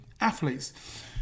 athletes